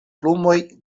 plumoj